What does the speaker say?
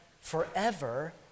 forever